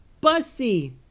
Bussy